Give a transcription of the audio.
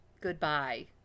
goodbye